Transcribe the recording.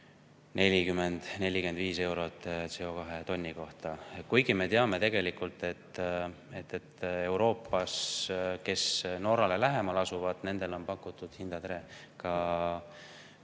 40–45 eurot CO2tonni kohta. Kuigi me teame tegelikult, et Euroopas nendele, kes Norrale lähemal asuvad, on pakutud hinda ka